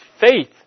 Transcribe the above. faith